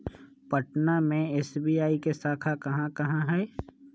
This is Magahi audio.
पटना में एस.बी.आई के शाखा कहाँ कहाँ हई